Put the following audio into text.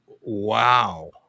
Wow